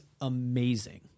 amazing